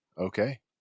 Okay